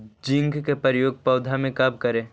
Zinc के प्रयोग पौधा मे कब करे?